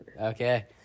okay